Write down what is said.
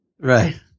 Right